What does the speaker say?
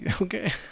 Okay